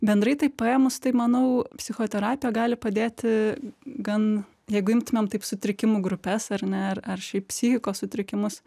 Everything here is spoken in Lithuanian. bendrai tai paėmus tai manau psichoterapija gali padėti gan jeigu imtumėm taip sutrikimų grupes ar ne ar ar šiaip psichikos sutrikimus